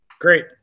Great